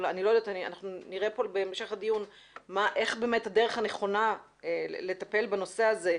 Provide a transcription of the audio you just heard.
אנחנו נראה בהמשך הדיון מה הדרך הנכונה לטפל בנושא הזה,